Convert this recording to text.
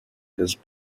his